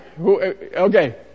Okay